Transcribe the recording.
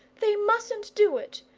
they mustn't do it.